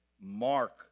mark